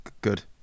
good